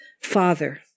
Father